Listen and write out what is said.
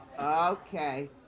okay